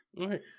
right